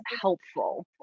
helpful